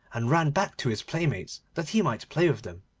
and ran back to his playmates that he might play with them.